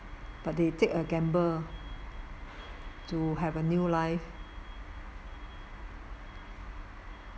but they take a gamble to have a new life